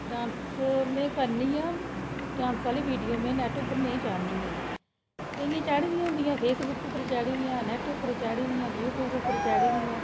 dance में करनियां dance आह्ली वीडियो में नेट नेईं चाढ़न्नी ऐ केइयें चाढ़ी दियां होंदी फेसबुक पर चाढ़ी दियां नेट पर चाढ़ी दियां युबट्यूब पर चाढ़ी दियां